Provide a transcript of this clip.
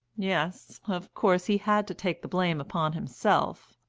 yes of course he had to take the blame upon himself.